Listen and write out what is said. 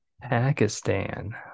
Pakistan